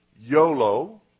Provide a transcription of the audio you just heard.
YOLO